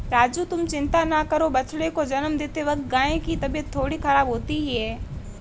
राजू तुम चिंता ना करो बछड़े को जन्म देते वक्त गाय की तबीयत थोड़ी खराब होती ही है